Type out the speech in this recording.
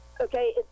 okay